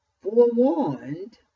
forewarned